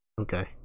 okay